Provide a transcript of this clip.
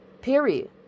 period